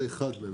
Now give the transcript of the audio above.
זה אחד מהם.